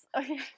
Okay